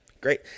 Great